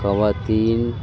خواتین